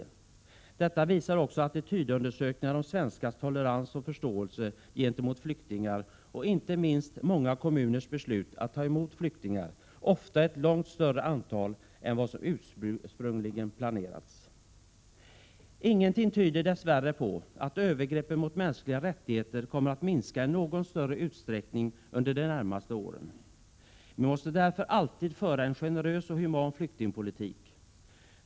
En positiv inställning visar också attitydundersökningar om svenskars tolerans och förståelse gentemot flyktingar och inte minst många kommuners beslut att ta emot flyktingar — ofta ett långt större antal än vad som ursprungligen planerats. Ingenting tyder dess värre på att övergreppen mot mänskliga rättigheter kommer att minska i någon större utsträckning under de närmaste åren. Vi måste därför alltid föra en generös och human flyktingpolitik.